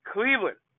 Cleveland